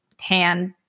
hand